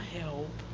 help